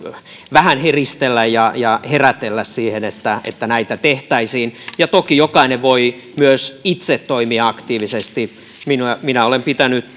vähän heristellä ja ja herätellä siihen että että näitä tehtäisiin toki jokainen voi myös itse toimia aktiivisesti minä minä olen pitänyt